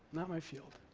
not my field.